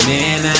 Man